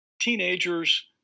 teenagers